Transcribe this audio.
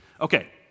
Okay